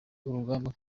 urugamba